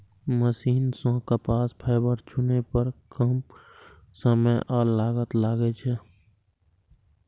machine सं कपास fibre चुनै पर कम समय आ लागत लागै छै